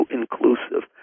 inclusive